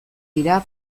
dira